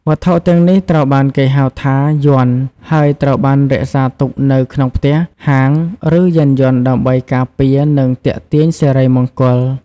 វត្ថុទាំងនេះត្រូវបានគេហៅថា យ័ន្ត ហើយត្រូវបានរក្សាទុកនៅក្នុងផ្ទះ ហាង ឬយានយន្តដើម្បីការពារនិងទាក់ទាញសិរីមង្គល។